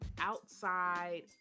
outside